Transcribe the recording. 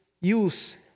use